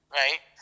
right